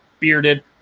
bearded